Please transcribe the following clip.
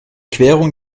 querung